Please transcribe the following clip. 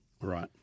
Right